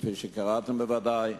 כפי שקראתם בוודאי,